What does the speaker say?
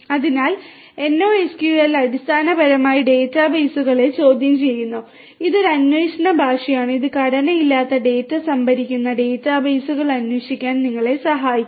അതിനാൽ NoSQL അടിസ്ഥാനപരമായി ഡാറ്റാബേസുകളെ ചോദ്യം ചെയ്യുന്നു ഇത് ഒരു അന്വേഷണ ഭാഷയാണ് ഇത് ഘടനയില്ലാത്ത ഡാറ്റ സംഭരിക്കുന്ന ഡാറ്റാബേസുകൾ അന്വേഷിക്കാൻ നിങ്ങളെ സഹായിക്കും